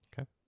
Okay